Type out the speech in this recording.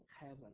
heaven